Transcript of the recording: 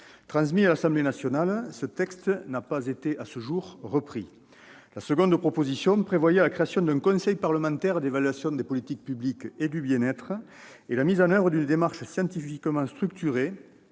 Transmis à l'Assemblée nationale, ce texte n'a pas, à ce jour, été repris par elle. La seconde proposition de loi prévoyait la création d'un conseil parlementaire d'évaluation des politiques publiques et du bien-être, ainsi que la mise en oeuvre d'une démarche scientifiquement structurée